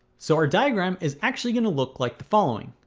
so our diagram is actually going to look like the following.